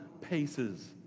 paces